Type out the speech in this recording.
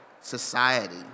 society